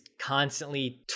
constantly